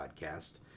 podcast